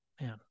man